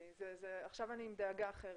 עכשיו אני עם דאגה אחרת.